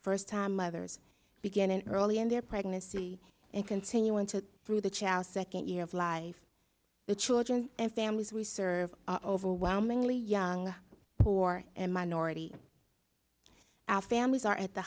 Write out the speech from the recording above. first time mothers beginning early and they're playing a cd and continuing to through the child second year of life the children and families we serve are overwhelmingly young poor and minority our families are at the